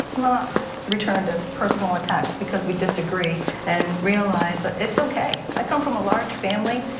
not returned a personal attacks because we disagree and realize that it's okay, i come from a large family,